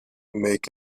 make